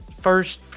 first